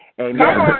Amen